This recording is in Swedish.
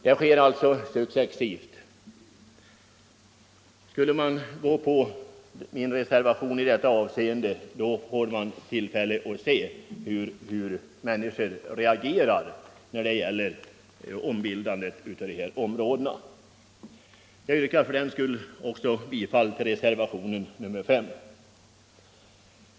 Följer riksdagen min reservation, får man tillfälle att se hur människor reagerar när det gäller ombildningen av jaktvårdsområdena. Herr talman! Jag yrkar bifall till reservationen 5.